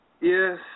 Yes